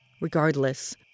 Regardless